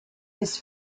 his